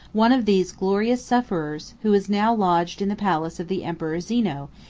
one of these glorious sufferers, who is now lodged in the palace of the emperor zeno,